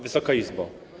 Wysoka Izbo!